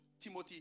Timothy